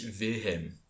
Wilhelm